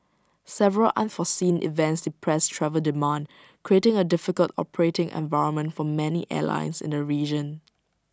several unforeseen events depressed travel demand creating A difficult operating environment for many airlines in the region